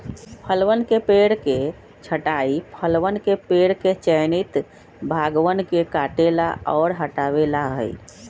फलवन के पेड़ के छंटाई फलवन के पेड़ के चयनित भागवन के काटे ला और हटावे ला हई